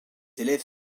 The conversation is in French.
élèves